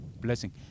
Blessing